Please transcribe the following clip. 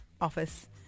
Office